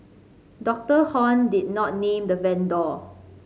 Dr Hon did not name the vendor